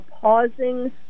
pausing